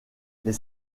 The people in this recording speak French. les